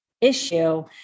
issue